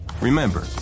Remember